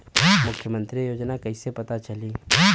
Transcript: मुख्यमंत्री योजना कइसे पता चली?